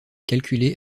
calculé